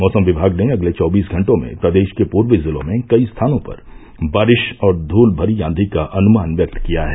मौसम विमाग ने अगले चौबीस घंटों में प्रदेश के पूर्वी जिलों में कई स्थानों पर बारिश और धूलमरी आंधी का अनुमान व्यक्त किया है